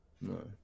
no